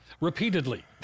repeatedly